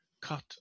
cut